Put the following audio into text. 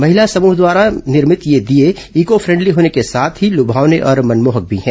महिला समूह द्वारा निर्भित ये दीये ईको फ्रेंडली होने के साथ लुभावने और मनमोहक भी है